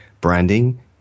branding